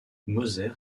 moser